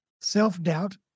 self-doubt